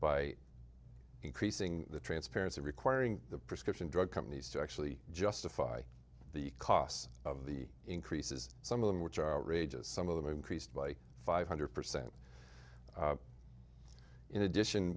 by increasing the transparency requiring the prescription drug companies to actually justify the costs of the increases some of them which are outrageous some of them increased by five hundred percent in addition